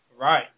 Right